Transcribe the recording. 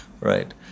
Right